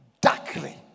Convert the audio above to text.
darkly